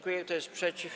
Kto jest przeciw?